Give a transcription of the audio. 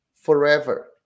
forever